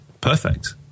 perfect